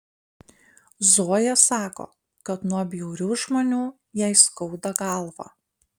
zoja sako kad nuo bjaurių žmonių jai skauda galvą